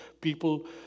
people